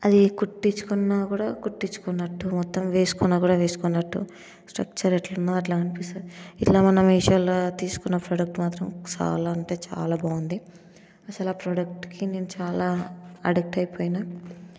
అది కుట్టించుకున్న కూడా కుట్టించుకున్నట్లు మొత్తం వేసుకున్న కూడా వేసుకోనట్టు స్ట్రక్చర్ ఎట్లుందో అట్లా కనిపిస్తుంది ఇట్లా మన మీషోలో తీసుకున్నా ప్రొడక్ట్ మాత్రం చాలా అంటే చాలా బాగుంది అసలు ఆ ప్రొడక్ట్స్కి నేను చాలా అడిక్ట్ అయిపోయిన